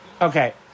Okay